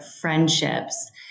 friendships